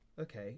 Okay